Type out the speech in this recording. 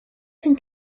can